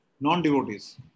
non-devotees